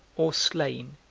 or slain,